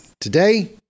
today